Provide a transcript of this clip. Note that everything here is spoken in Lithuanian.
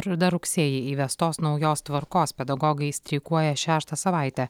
dar rugsėjį įvestos naujos tvarkos pedagogai streikuoja šeštą savaitę